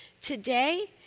today